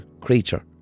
creature